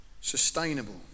sustainable